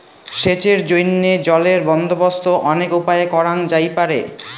সেচের জইন্যে জলের বন্দোবস্ত অনেক উপায়ে করাং যাইপারে